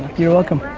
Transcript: you're welcome.